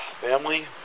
Family